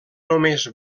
només